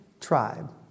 tribe